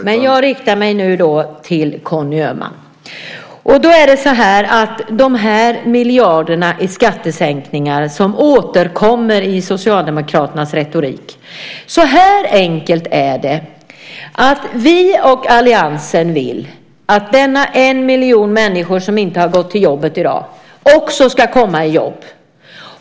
Herr talman! Jag måste börja med frågan om skatterna och de miljarder i skattesänkningar som återkommer i Socialdemokraternas retorik. Så här enkelt är det: Vi och alliansen vill att denna miljon människor som inte har gått till jobbet i dag också ska komma i jobb.